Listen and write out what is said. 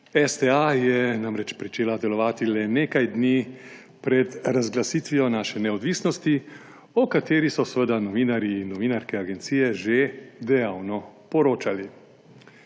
STA je namreč pričela delovati le nekaj dni pred razglasitvijo naše neodvisnosti, o kateri so seveda novinarji in novinarke agencije že dejavno poročali.